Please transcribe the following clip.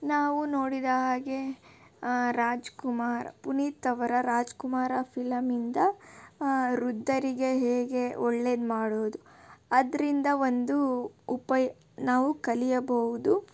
ನಾವು ನೋಡಿದ ಹಾಗೆ ರಾಜಕುಮಾರ ಪುನೀತ್ ಅವರ ರಾಜಕುಮಾರ ಫಿಲಮಿಂದ ವೃದ್ಧರಿಗೆ ಹೇಗೆ ಒಳ್ಳೆಯದ್ ಮಾಡೋದು ಅದರಿಂದ ಒಂದು ಉಪಾಯ ನಾವು ಕಲಿಯಬಹುದು